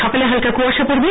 সকালে হালকা কুয়াশা পড়বে